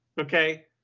Okay